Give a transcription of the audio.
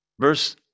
Verse